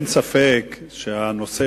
חברי הכנסת, הנושא